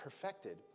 perfected